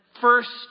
first